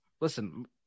listen